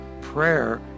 prayer